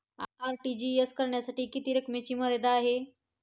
RTGS करण्यासाठी किती रकमेची मर्यादा आहे?